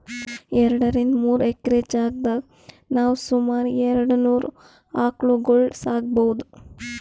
ಎರಡರಿಂದ್ ಮೂರ್ ಎಕ್ರೆ ಜಾಗ್ದಾಗ್ ನಾವ್ ಸುಮಾರ್ ಎರಡನೂರ್ ಆಕಳ್ಗೊಳ್ ಸಾಕೋಬಹುದ್